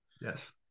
Yes